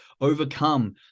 overcome